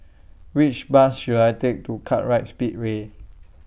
Which Bus should I Take to Kartright Speedway